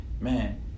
man